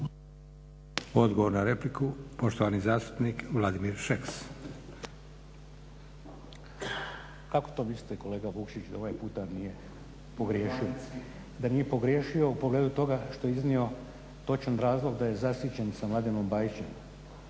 Odgovor na repliku, poštovani zastupnik Vladimir Šeks. **Šeks, Vladimir (HDZ)** Kako to mislite kolega Vukšić da ovaj puta nije pogriješio, da nije pogriješio u pogledu toga što je iznio točan razlog da je zasićen sa Mladenom Bajićem.